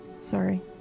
Sorry